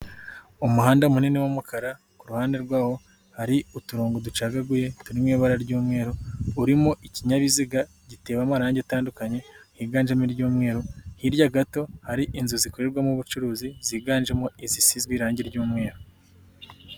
Umuhanda munini w'umukara ku ruhande rwawo hari uturongo ducagaguye turi mu ibara ry'umweru, urimo ikinyabiziga gitewe amarange atandukanye higanjemo iry'umweru, hirya gato hari inzu zikorerwamo ubucuruzi ziganjemo izisizwe irange ry'umweru.